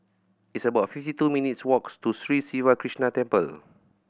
it's about fifty two minutes' walks to Sri Siva Krishna Temple